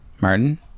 Martin